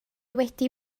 wedi